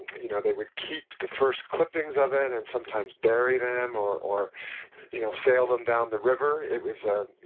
you know, they would keep the first clippings of it and sometimes bury them or or you know sail them down the river, it was a